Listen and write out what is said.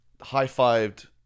High-fived